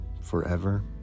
forever